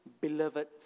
beloved